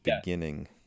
beginning